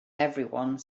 everyone